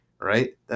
right